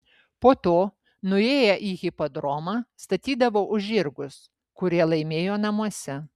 po to nuėję į hipodromą statydavo už žirgus kurie laimėjo namuose